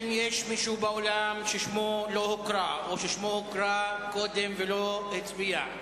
האם יש מישהו באולם ששמו לא הוקרא או ששמו הוקרא קודם ולא הצביע?